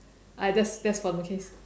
I that's that's for my case